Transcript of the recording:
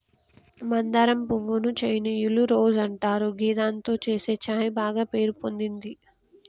మందారం పువ్వు ను చైనీయుల రోజ్ అంటారు గిదాంతో చేసే ఛాయ బాగ పేరు పొందింది